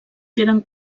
queden